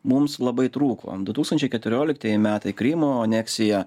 mums labai trūko du tūkstančiai keturioliktieji metai krymo aneksija